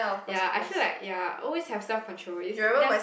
ya I feel like ya always have self control is there's